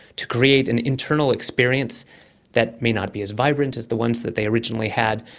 to create an internal experience that may not be as vibrant as the ones that they originally had,